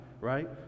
right